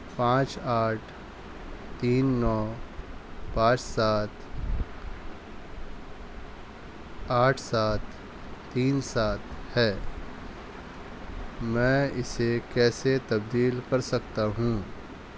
پانچ آٹھ تین نو پانچ سات آٹھ سات تین سات ہے میں اسے کیسے تبدیل کر سکتا ہوں